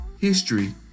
history